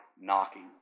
knocking